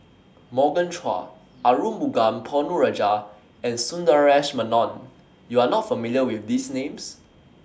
Morgan Chua Arumugam Ponnu Rajah and Sundaresh Menon YOU Are not familiar with These Names